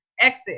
exit